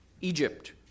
Egypt